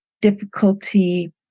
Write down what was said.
Difficulty